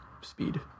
speed